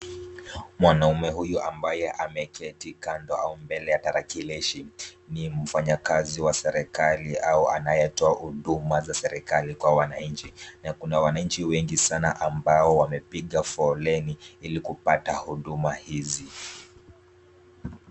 Mwanaume huyu ambaye ameketi kando au mbele ya tarakilishi ni mfanyakazi wa serikali au anayetoa huduma za serikali kwa wananchi. Na kuna wananchi wengi sana ambao wamepiga foleni ili kupata huduma hizi.